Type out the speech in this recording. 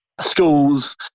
schools